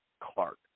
Clark